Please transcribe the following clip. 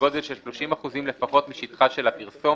בגודל של 30 אחוזים לפחות משטחה של הפרסומת,